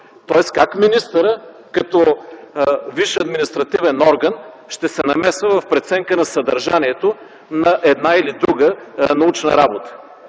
Как министърът като висш административен орган ще се намесва в преценка на съдържанието на една или друга научна работа?!